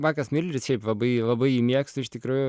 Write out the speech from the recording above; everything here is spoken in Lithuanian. markas mileris šiaip labai labai jį mėgstu iš tikrųjų